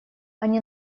они